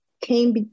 came